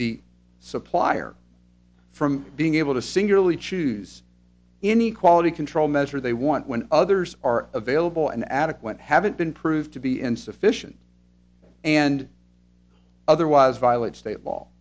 the supplier from being able to singularly choose any quality control measure they want when others are available an adequate haven't been proved to be insufficient and otherwise violate state law